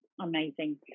Amazing